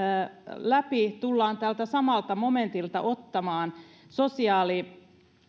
läpi tullaan tältä samalta momentilta ottamaan sosiaalialan